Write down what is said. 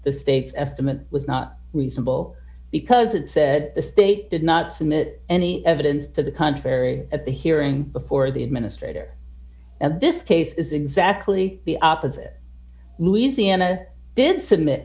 the state's estimate was not reasonable because it said the state did not submit any evidence to the contrary at the hearing before the administrator of this case is exactly the opposite louisiana did submit